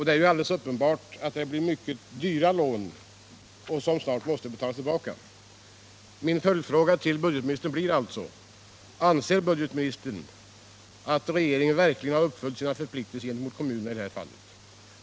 Det är uppenbart att det är mycket dyra lån, som dessutom snabbt måste betalas tillbaka. Min följdfråga till budgetministern blir nu: Anser budgetministern verkligen att regeringen har uppfyllt sina förpliktelser gentemot kommunerna i detta fall?